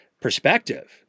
perspective